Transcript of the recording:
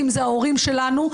אם זה ההורים שלנו,